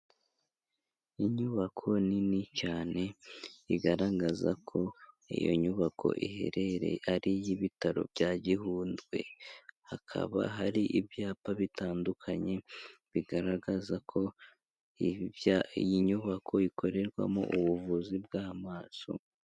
Inyubako nini cyane igaragaza ko iyo nyubako iherereye, ari iy'ibitaro bya gihundwe hakaba hari ibyapa bitandukanye bigaragaza ko iyi nyubako ikorerwamo ubuvuzi bw'amaso.